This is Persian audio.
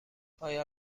آیا